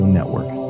Network